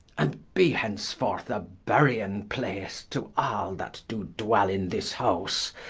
and be henceforth a burying place to all that do dwell in this house,